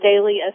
daily